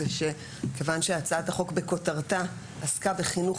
וכיוון שהצעת החוק בכותרתה עסקה בחינוך